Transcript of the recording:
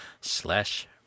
slash